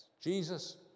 Jesus